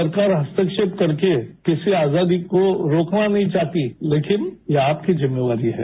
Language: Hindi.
सरकार हस्तक्षेप करके किसी आजादी को रोकना नहीं चाहती लेकिन यह आपकी जिम्मेवारी है